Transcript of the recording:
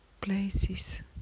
places